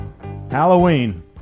halloween